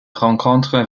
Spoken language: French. rencontre